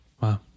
Wow